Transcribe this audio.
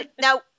now